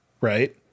right